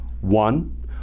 one